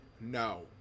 no